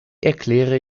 erkläre